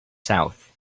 south